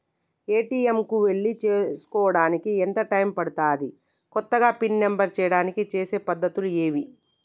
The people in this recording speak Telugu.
ఏ.టి.ఎమ్ కు వెళ్లి చేసుకోవడానికి ఎంత టైం పడుతది? కొత్తగా పిన్ నంబర్ చేయడానికి చేసే పద్ధతులు ఏవి?